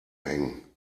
hängen